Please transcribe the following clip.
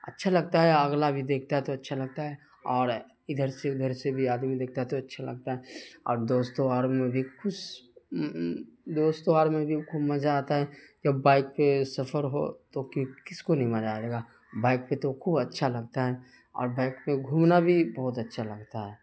اچھا لگتا ہے اگلا بھی دیکھتا ہے تو اچھا لگتا ہے اور ادھر سے ادھر سے بھی آدمی دیکھتا ہے تو اچھا لگتا ہے اور دوستوں اور میں بھی کش دوستوں اور میں بھی خوب مزہ آتا ہے جب بائک پہ سفر ہو تو کس کو نہیں مزہ آئے گا بائک پہ تو خوب اچھا لگتا ہے اور بائک پہ گھومنا بھی بہت اچھا لگتا ہے